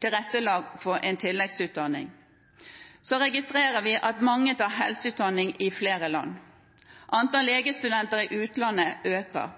tilrettela for en tilleggsutdanning. Så registrerer vi at mange tar helseutdanning i flere land. Antall legestudenter i utlandet øker.